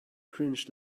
cringe